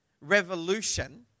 revolution